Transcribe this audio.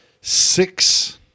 six